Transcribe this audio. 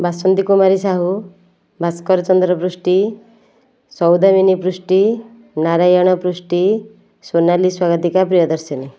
Basanti Kumari Sahu Bhaskar Chandra Prusty Saudamini Prusty Narayan Prusty Sonali Swagatika Priyadarshini